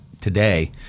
today